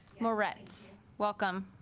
moretz welcome